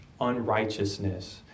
unrighteousness